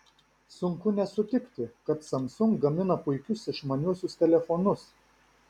sunku nesutikti kad samsung gamina puikius išmaniuosius telefonus